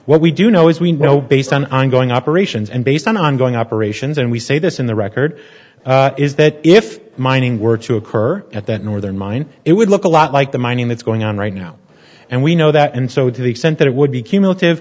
what we do know is we know based on ongoing operations and based on ongoing operations and we say this in the record is that if mining were to occur at that northern mine it would look a lot like the mining that's going on right now and we know that and so to the extent that it would be cumulative